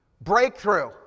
Breakthrough